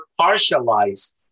partialized